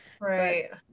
Right